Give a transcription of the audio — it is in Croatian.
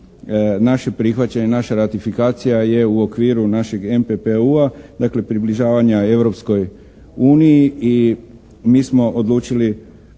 naše prihvaćanje, naša ratifikacija je u okviru našeg MPPU-a, dakle, približavanja Europskoj uniji i mi smo odlučili